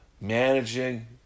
managing